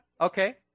okay